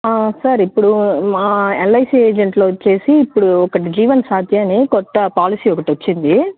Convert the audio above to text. sir ఇప్పుడు మా LIC ఏజెంట్లో వచ్చేసి ఇప్పుడు ఒకటి జీవన్ సాథీ అని కొత్త పాలసీ ఒకటి వచ్చింది